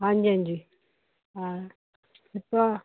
ਹਾਂਜੀ ਹਾਂਜੀ ਹਾਂ ਜਿਸ ਤਰ੍ਹਾਂ